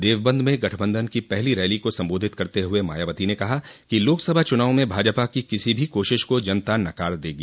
देवबंद में गठबन्धन की पहली रैली को सम्बोधित करते हुए मायावती ने कहा कि लोकसभा चुनाव में भाजपा की किसी भी कोशिश को जनता नकार देगी